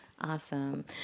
Awesome